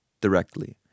directly